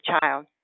child